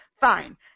Fine